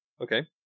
Okay